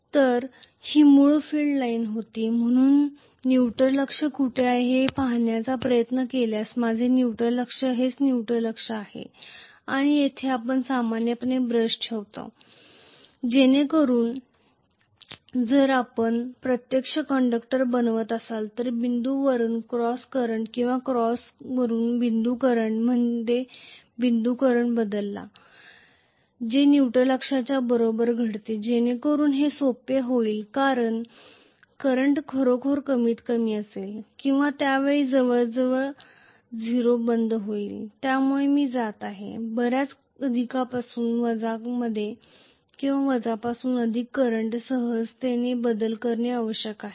तर ही मूळ फील्ड लाईन होती म्हणून न्यूट्रॅल अक्ष कुठे आहे हे पाहण्याचा प्रयत्न केल्यास माझे न्यूट्रॅल अक्ष हेच न्यूट्रॅल अक्ष आहे आणि येथेच आपण सामान्यपणे ब्रशेस ठेवतो जेणेकरुन जर आपण प्रत्यक्ष कंडक्टर बनवत असाल तर बिंदू वरुन क्रॉस करंट किंवा क्रॉस वरुन बिंदू करंट मध्ये बिंदू बदला जे न्यूट्रॅल अक्षाच्या बरोबरच घडते जेणेकरून हे सोपे होईल कारण करंट खरोखर कमीतकमी असेल किंवा त्या वेळी जवळजवळ 0 बंद होईल ज्यामुळे मी बऱ्याच अधिक पासून वजामध्ये जात आहे किंवा वजापासून अधिक करंट सहजतेने बदल करणे आवश्यक आहे